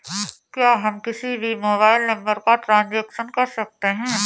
क्या हम किसी भी मोबाइल नंबर का ट्रांजेक्शन कर सकते हैं?